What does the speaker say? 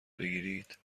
بگیرید